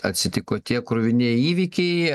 atsitiko tie kruvinieji įvykiai